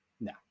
No